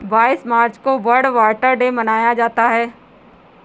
बाईस मार्च को world water day मनाया जाता है